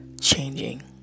changing